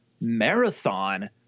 marathon